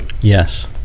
Yes